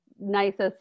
nicest